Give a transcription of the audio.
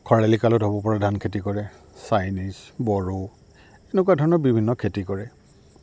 খৰালি কালত হ'ব পৰা ধান খেতি কৰে চাইনিজ বড়ো এনেকুৱা ধৰণৰ বিভিন্ন খেতি কৰে